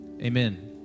amen